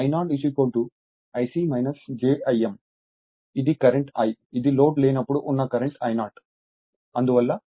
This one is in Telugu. కాబట్టి ఇది కరెంట్ I ఇది లోడ్ లేనప్పుడు ఉన్న కరెంట్ I0